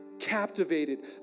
captivated